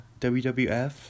WWF